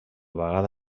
vegada